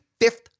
fifth